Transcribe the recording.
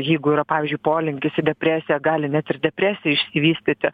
jeigu yra pavyzdžiui polinkis į depresiją gali net ir depresija išsivystyti